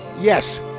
yes